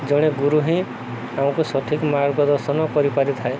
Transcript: ଜଣେ ଗୁରୁ ହିଁ ଆମକୁ ସଠିକ ମାର୍ଗଦର୍ଶନ କରିପାରିଥାଏ